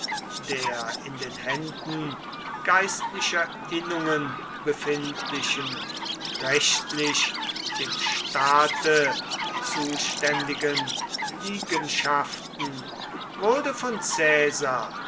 der in den händen geistlicher innungen befindlichen rechtlich dem staate zuständigen liegenschaften wurde von